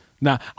now